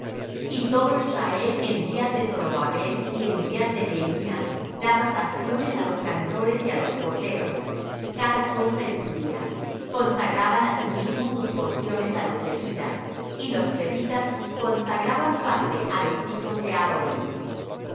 y todo israel en días de zorobabel y en días de nehemías daba raciones á los cantores y á los porteros cada cosa en su día consagraban asimismo sus porciones á los levitas y los levitas consagraban parte á los hijos de aarón